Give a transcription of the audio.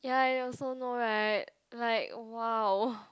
ya you also know right like !wow!